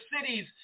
cities